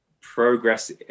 progress